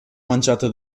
manciata